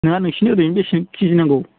नङा नोंसिनो ओरैनो बेसे केजि नांगौ